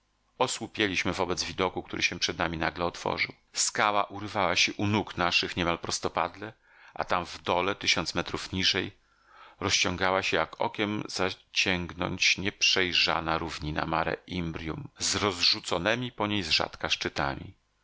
osłupieliśmy wobec widoku który się przed nami nagle otworzył skała urywała się u nóg naszych niemal prostopadle a tam w dole tysiąc metrów niżej rozciągała się jak okiem zasięgnąć nieprzejrzana równina mare imbrium z rozrzuconemi po niej z rzadka szczytami